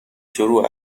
شروع